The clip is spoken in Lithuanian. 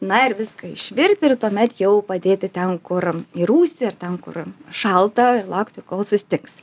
na ir viską išvirti ir tuomet jau padėti ten kur į rūsį ar ten kur šalta ir laukti kol sustings